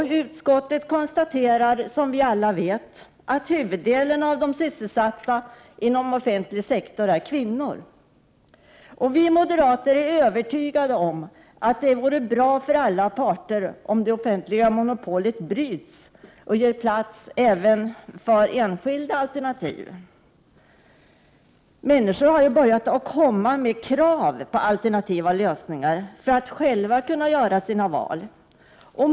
Utskottet konstaterar det som vi alla vet, att huvuddelen av de sysselsatta inom offentlig sektor är kvinnor. Vi moderater är övertygade om att det är bra för alla parter om det offentliga monopolet bryts och ger plats även för enskilda alternativ. Människor har börjat ställa mer krav på alternativa lösningar för att själva kunna göra sina val.